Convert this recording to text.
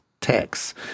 tax